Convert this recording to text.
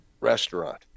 restaurant